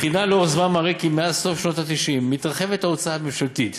בחינה לאורך זמן מראה כי מאז סוף שנות ה-90 מתרחבת ההוצאה הממשלתית